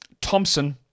Thompson